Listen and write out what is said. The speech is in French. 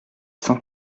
cent